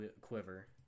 quiver